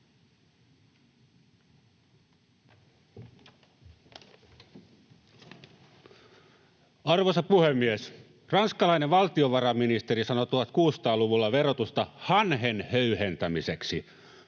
Arvoisa puhemies! Ranskalainen valtiovarainministeri sanoi 1600-luvulla verotusta ”hanhen höyhentämiseksi”: